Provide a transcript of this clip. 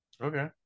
Okay